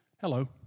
Hello